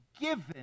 given